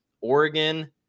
Oregon